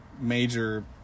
major